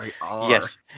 yes